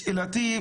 שאלתי,